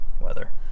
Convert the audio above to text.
weather